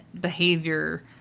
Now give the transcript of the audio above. behavior